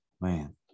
Man